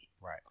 Right